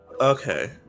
Okay